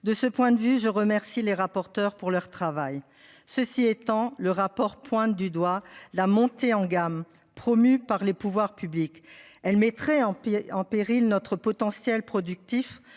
de ce point de vue je remercie les rapporteurs pour leur travail. Ceci étant, le rapport pointe du doigt la montée en gamme promue par les pouvoirs publics, elle mettrait en péril en péril notre potentiel productif